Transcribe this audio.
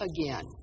again